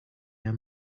your